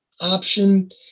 option